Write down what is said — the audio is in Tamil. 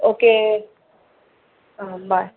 okay ah bye